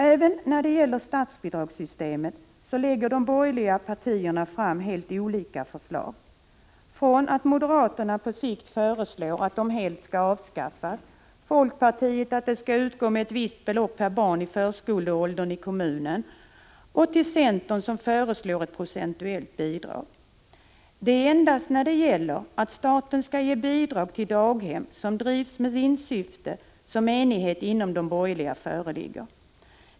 Även när det gäller statsbidragssystemet lägger de borgerliga partierna fram helt olika förslag. Moderaterna föreslår att statsbidragen på sikt skall avskaffas helt. Folkpartiet föreslår att statsbidragen skall utgå med ett visst belopp per barn i förskoleåldern i kommunen. Centern föreslår ett procentuellt bidrag. Det är endast när det gäller att staten skall ge bidrag till daghem som drivs med vinstsyfte som enighet inom de borgerliga partierna föreligger.